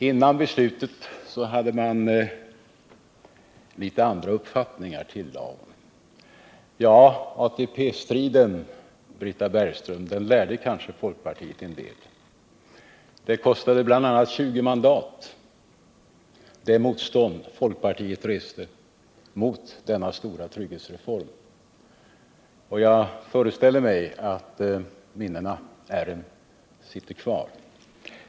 Hon tillade att man före beslutet om dess genomförande hade litet olika uppfattningar. Ja, Britta Bergström, ATP-striden lärde kanske folkpartiet en del. Det motstånd som folkpartiet reste mot denna stora trygghetsreform kostade det bl.a. 20 mandat. Jag föreställer mig att minnena härav sitter kvar.